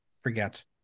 forget